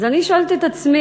אז אני שואלת את עצמי,